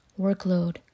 workload